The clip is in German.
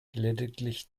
lediglich